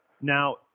Now